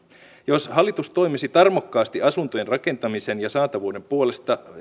jos hallitus toimisi tarmokkaasti asuntojen rakentamisen ja saatavuuden puolesta